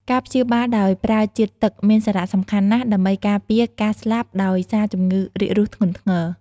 ការព្យាបាលដោយប្រើជាតិទឹកមានសារៈសំខាន់ណាស់ ដើម្បីការពារការស្លាប់ដោយសារជំងឺរាគរូសធ្ងន់ធ្ងរ។